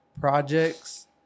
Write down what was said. projects